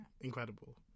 Incredible